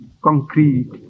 concrete